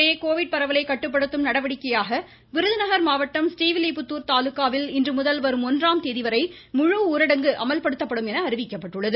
இதனிடையே கோவிட் பரவலை கட்டுப்படுத்தும் நடவடிக்கையாக விருதுநகர் மாவட்டம் றீவில்லிப்புத்தூர் தாலுக்காவில் இன்று முதல் வரும் ஒன்றாம் தேதி வரை முழுஊரடங்கு அமல்படுத்தப்படும் என அறிவிக்கப்பட்டுள்ளது